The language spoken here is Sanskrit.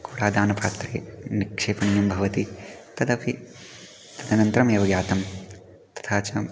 कुडादानपात्रे निक्षेपणीयं भवति तदपि अनन्तरम् एव जातं तथा च